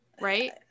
Right